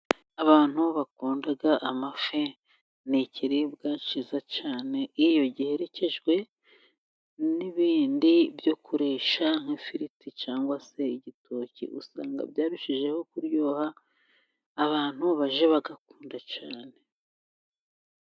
Abantu bakunda amafi, ni ikiriribwa cyiza cyane, iyo giherekejwe n'ibindi byo kurya nk'ifiriti cyangwa se igitoki usanga byarushijeho kuryoha, abantu bajye bayakunda cyane.